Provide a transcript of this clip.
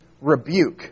rebuke